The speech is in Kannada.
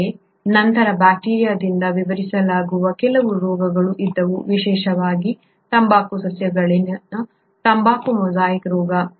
ಆದರೆ ನಂತರ ಬ್ಯಾಕ್ಟೀರಿಯಾದಿಂದ ವಿವರಿಸಲಾಗದ ಕೆಲವು ರೋಗಗಳು ಇದ್ದವು ವಿಶೇಷವಾಗಿ ತಂಬಾಕು ಸಸ್ಯಗಳಲ್ಲಿನ ತಂಬಾಕು ಮೊಸಾಯಿಕ್ ರೋಗ